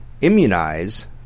immunize